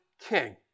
king